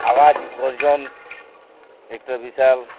আওয়াজ গর্জন একটা বিশাল